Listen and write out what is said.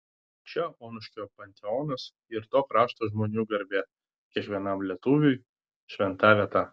čia onuškio panteonas ir to krašto žmonių garbė kiekvienam lietuviui šventa vieta